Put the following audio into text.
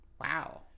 Wow